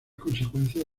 consecuencias